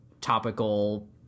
topical